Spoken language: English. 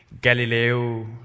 Galileo